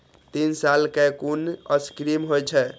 तीन साल कै कुन स्कीम होय छै?